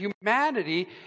humanity